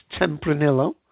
Tempranillo